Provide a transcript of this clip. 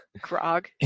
grog